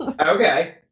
Okay